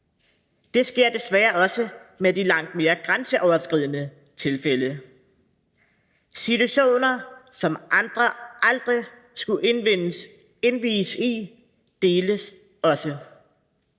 Det sker desværre også med de langt mere grænseoverskridende tilfælde. Situationer, som andre aldrig skulle indvies i, deles også,